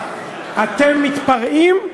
אתה הזוי.